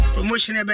Promotion